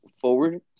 forward